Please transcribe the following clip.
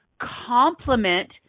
complement